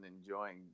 enjoying